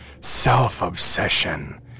self-obsession